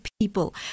people